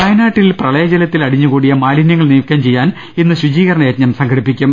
വയനാട്ടിൽ പ്രളയ ജലത്തിൽ അടിഞ്ഞുകൂടിയ മാലിനൃ ങ്ങൾ നീക്കം ചെയ്യാൻ ഇന്ന് ശുചീകരണ യജ്ഞം സംഘടി പ്പിക്കും